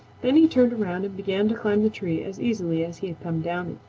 then he turned around and began to climb the tree as easily as he had come down it.